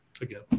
again